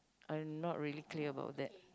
I'm not really clear about that